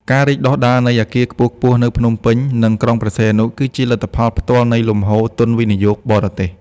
ការរីកដុះដាលនៃអគារខ្ពស់ៗនៅភ្នំពេញ និងក្រុងព្រះសីហនុ គឺជាលទ្ធផលផ្ទាល់នៃលំហូរទុនវិនិយោគបរទេស។